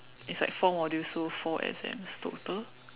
it's like four modules so four exams total